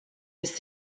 was